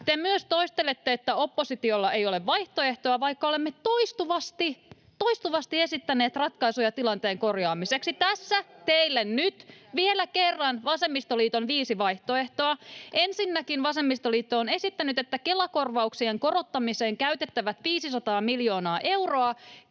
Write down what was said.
Te myös toistelette, että oppositiolla ei ole vaihtoehtoa, vaikka olemme toistuvasti — toistuvasti — esittäneet ratkaisuja tilanteen korjaamiseksi. Tässä teille nyt vielä kerran vasemmistoliiton viisi vaihtoehtoa: Ensinnäkin vasemmistoliitto on esittänyt, että Kela-korvauksien korottamiseen käytettävät 500 miljoonaa euroa